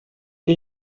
che